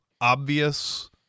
obvious